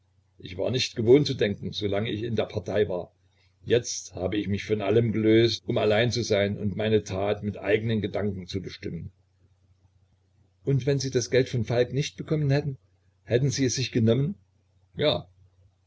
ich war nicht gewohnt zu denken so lange ich in der partei war jetzt hab ich mich von allem losgelöst um allein zu sein und meine tat mit eigenen gedanken zu bestimmen und wenn sie das geld von falk nicht bekommen hätten hätten sie es sich genommen ja